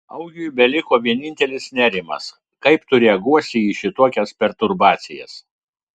augiui beliko vienintelis nerimas kaip tu reaguosi į šitokias perturbacijas